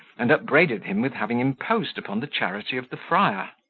and upbraided him with having imposed upon the charity of the friar.